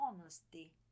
honesty